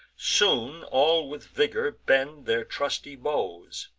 soon all with vigor bend their trusty bows,